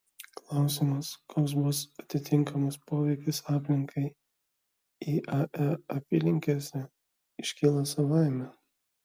klausimas koks bus atitinkamas poveikis aplinkai iae apylinkėse iškyla savaime